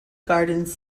gardens